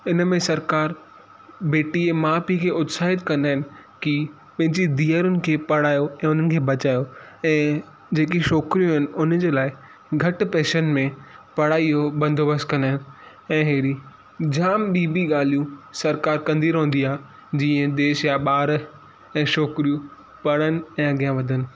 इन में सरकार बेटी ऐं माउ पीउ खे उत्साहित कंदा आहिनि की पंहिंजी धीअरुनि खे पढ़ायो ऐं उन्हनि खे बचायो ऐं जेकी छोकिरियूं आहिनि उन जे लाइ घटि पैसनि में पढ़ाई जो बंदोबस्तु कंदा आहिनि ऐं अहिड़ी जामु ॿि बि ॻाल्हियूं सरकार कंदी रहंदी आहे जीअं देश जा ॿार ऐं छोकिरियूं पढ़नि ऐं अॻियां वधनि